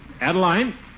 Adeline